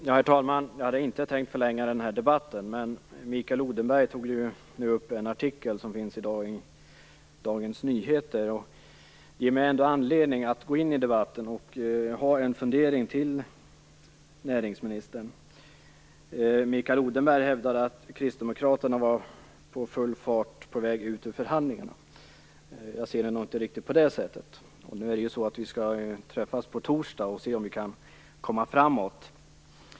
Herr talman! Jag hade inte tänkt förlänga debatten. Men Mikael Odenberg tog upp en artikel som fanns i Dagens Nyheter i dag, och det ger mig ändå anledning att gå in i debatten och delge näringsministern mina funderingar. Mikael Odenberg hävdar att kristdemokraterna i full fart är på väg ut ur förhandlingarna. Jag ser det nog inte riktigt på det sättet. Vi skall träffas på torsdag och se om vi kan komma framåt.